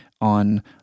on